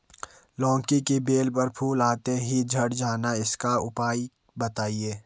लौकी की बेल पर फूल आते ही झड़ जाना इसका उपाय बताएं?